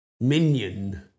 minion